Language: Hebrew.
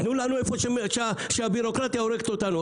תנו לנו איפה שהבירוקרטיה הורגת אותנו.